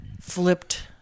flipped